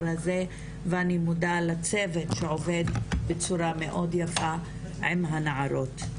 הזה ואני מודה לצוות שעובד בצורה מאוד יפה עם הנערות.